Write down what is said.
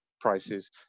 prices